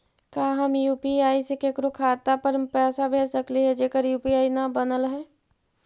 का हम यु.पी.आई से केकरो खाता पर पैसा भेज सकली हे जेकर यु.पी.आई न बनल है?